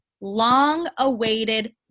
long-awaited